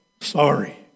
sorry